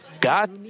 God